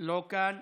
לא כאן,